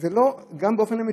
גם באופן אמיתי,